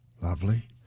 lovely